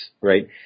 right